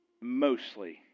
mostly